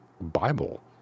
Bible